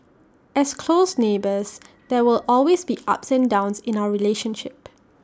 as close neighbours there will always be ups and downs in our relationship